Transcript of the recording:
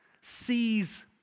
sees